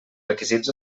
requisits